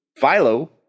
Philo